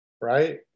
right